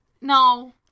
no